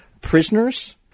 Prisoners